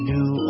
New